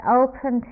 open